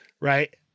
right